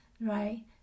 right